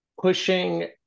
pushing